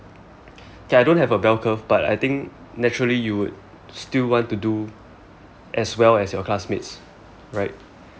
okay I don't have a bell curve but I think naturally you would still want to do as well as your classmates right